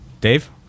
Dave